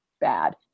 bad